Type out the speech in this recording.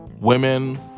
women